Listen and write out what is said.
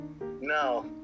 No